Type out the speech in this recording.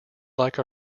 like